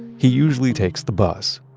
he usually takes the bus,